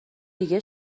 دیگه